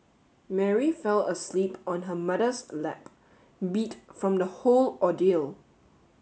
Mary fell asleep on her mother's lap beat from the whole ordeal